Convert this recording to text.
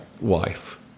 wife